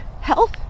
health